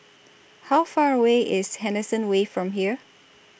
How Far away IS Henderson Wave from here